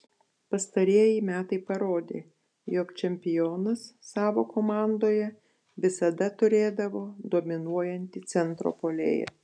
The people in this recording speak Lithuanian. pastarieji metai parodė jog čempionas savo komandoje visada turėdavo dominuojantį centro puolėją